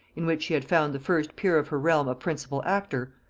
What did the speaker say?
in which she had found the first peer of her realm a principal actor,